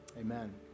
amen